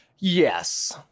Yes